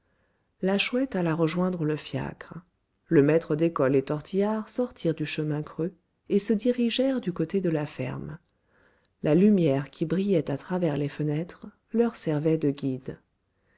la chouette alla rejoindre le fiacre le maître d'école et tortillard sortirent du chemin creux et se dirigèrent du côté de la ferme la lumière qui brillait à travers les fenêtres leur servait de guide